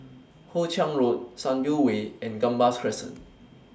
Hoe Chiang Road Sunview Way and Gambas Crescent